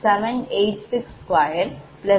010